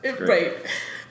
Right